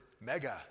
mega